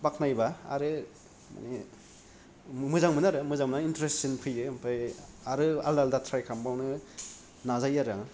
बाख्नायोबा आरो माने मोजां मोनो आरो मोजां मोन्नानै एनट्रेस्टसिन फैयो ओमफाय आरो आलदा आलदा ट्राय खालामबावनो नाजायो आरो आं